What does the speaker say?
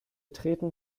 treten